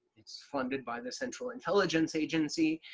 it's funded by the central intelligence agency.